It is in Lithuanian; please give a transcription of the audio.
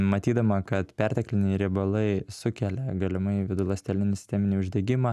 matydama kad pertekliniai riebalai sukelia galimai viduląstelinį sisteminį uždegimą